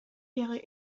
ihre